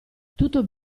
tutto